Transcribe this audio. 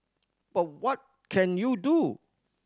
but what can you do